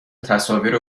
تصاویر